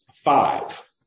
Five